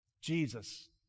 Jesus